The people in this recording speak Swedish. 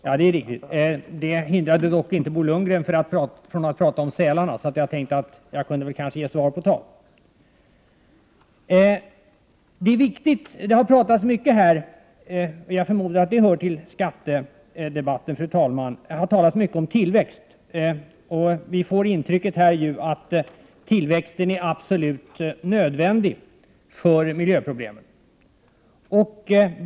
Fru talman! Det hindrade dock inte Bo Lundgren från att tala om sälarna. Därför tänkte jag att jag kanske kunde ge svar på tal. Det har talats mycket om tillväxt här, och jag förmodar att detta hör till skattedebatten. Man får intrycket av att tillväxten är absolut nödvändig för att komma till rätta med miljöproblemen.